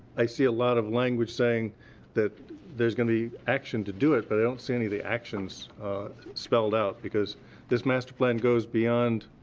i see a lot of language saying that there's going to be action to do it, but i don't see any of the actions spelled out, because this master plan goes beyond